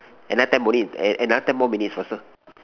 another ten minute eh another ten more minutes faster